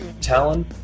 Talon